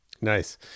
Nice